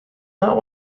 not